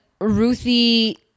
Ruthie